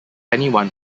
anyone